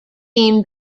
team